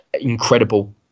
incredible